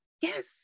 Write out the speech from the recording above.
Yes